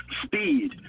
Speed